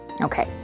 Okay